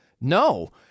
No